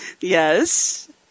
Yes